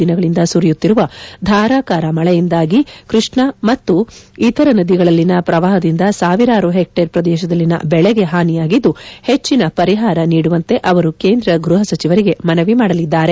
ದಿನಗಳಿಂದ ಸುರಿಯುತ್ತಿರುವ ಧಾರಾಕಾರ ಮಳೆಯಿಂದಾಗಿ ಕೃಷ್ಣಾ ಮತ್ತು ಇತರ ನದಿಗಳಲ್ಲಿನ ಪ್ರವಾಹದಿಂದ ಸಾವಿರಾರು ಹೆಕ್ಸೇರ್ ಪ್ರದೇಶದಲ್ಲಿನ ಬೆಳೆಗೆ ಹಾನಿಯಾಗಿದ್ದು ಹೆಚ್ಚಿನ ಪರಿಹಾರ ನೀಡುವಂತೆ ಅವರು ಕೇಂದ್ರ ಗ್ಬಹ ಸಚಿವರಿಗೆ ಮನವಿ ಮಾಡಲಿದ್ದಾರೆ